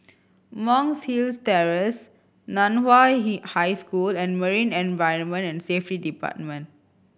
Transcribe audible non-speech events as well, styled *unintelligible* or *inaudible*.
Monk's Hill Terrace Nan Hua *unintelligible* High School and Marine Environment and Safety Department